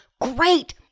Great